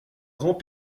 grands